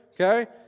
okay